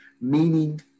meaning